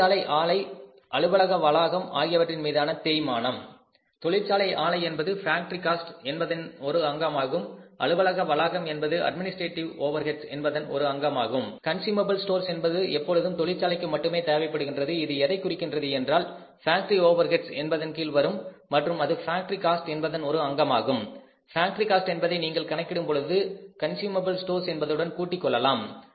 தொழிற்சாலை ஆளை அலுவலக வளாகம் ஆகியவற்றின் மீதான தேய்மானம் தொழிற்சாலை ஆளை என்பது ஃபேக்டரி காஸ்ட் என்பதின் ஒரு அங்கமாகும் அலுவலக வளாகம் என்பது அட்மினிஸ்ட்ரக்டிவ் ஓவர்ஹெட்ஸ் என்பதன் ஒரு அங்கமாகும் கண்சுமபுல் ஸ்டோர்ஸ் என்பது எப்பொழுதும் தொழிற்சாலைக்கு மட்டுமே தேவைப்படுகின்றது இது எதைக் குறிக்கிறது என்றால் ஃபேக்டரி ஓவர்ஹெட்ஸ் என்பதன் கீழ் வரும் மற்றும் அது ஃபேக்டரி காஸ்ட் என்பதன் ஒரு அங்கமாகும் ஃபேக்டரி காஸ்ட் என்பதை நீங்கள் கணக்கிடும் பொழுது கண்சுமபுல் ஸ்டோர்ஸ் என்பதுடன் கூட்டிக் கொள்ளலாம்